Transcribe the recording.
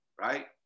right